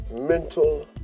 mental